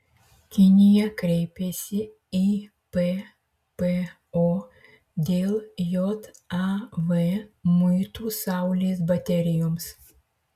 kinija kreipėsi į ppo dėl jav muitų saulės baterijoms